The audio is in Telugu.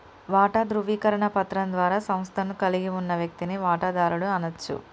వాటా ధృవీకరణ పత్రం ద్వారా సంస్థను కలిగి ఉన్న వ్యక్తిని వాటాదారుడు అనచ్చు